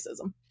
racism